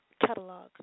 catalog